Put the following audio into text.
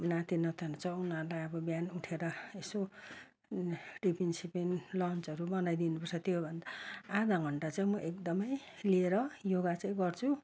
नाति नातिनीहरू छ उनीहरूलाई बिहान उठेर यसो टिफिन सिफिन लन्चहरू बनाइदिनु पर्छ त्यो अनि आधा घण्टा चाहिँ म एकदम लिएर योगा चाहिँ गर्छु